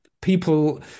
people